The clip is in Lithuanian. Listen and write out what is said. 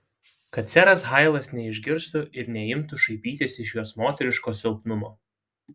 kad seras hailas neišgirstų ir neimtų šaipytis iš jos moteriško silpnumo